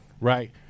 right